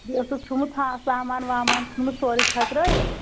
بیٚیہِ اوسُک تھوٚمت ہاں سامان وامان ژھٕنمُت سورٕے چھٔکرٲیِتھ